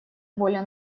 воля